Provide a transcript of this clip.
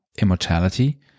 immortality